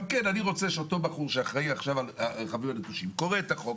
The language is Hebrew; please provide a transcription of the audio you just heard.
אבל אני רוצה שאותו בחור שאחראי על הרכבים הנטושים יקרא את החוק.